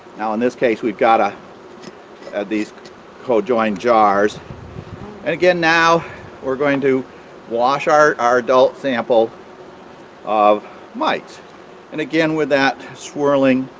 now in this case we've got ah and these co-joined jars and again now we're going to wash our our adult sample of mites and again with that swirling